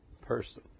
person